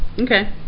Okay